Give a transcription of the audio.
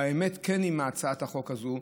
והאמת היא עם הצעת החוק הזאת,